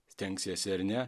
stengsiesi ar ne